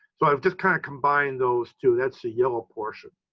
so i've just kind of combined those two, that's the yellow portion.